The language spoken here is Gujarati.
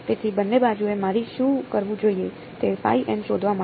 તેથી બંને બાજુએ મારે શું કરવું જોઈએ તે શોધવા માટે